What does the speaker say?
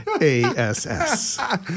A-S-S